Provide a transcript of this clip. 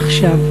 עכשיו.